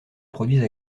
produits